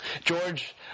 George